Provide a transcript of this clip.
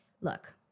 look